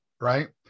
right